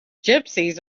gypsies